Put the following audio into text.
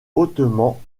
hautement